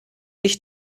ich